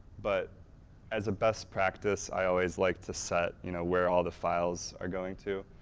but as a best practice, i always like to set you know, where all the files are going to.